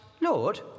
Lord